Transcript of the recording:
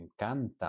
encanta